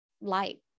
light